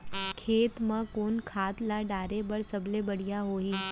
खेत म कोन खाद ला डाले बर सबले बढ़िया होही?